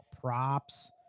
props